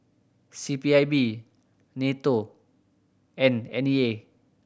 C P I B NATO and N E A